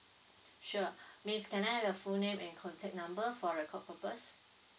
sure miss can I have your full name and contact number for record purpose